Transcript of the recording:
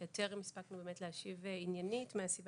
שטרם הספקנו באמת להשיב עניינית מהסיבה